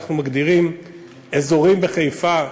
אנחנו מגדירים אזורים בחיפה,